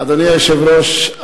אדוני היושב-ראש,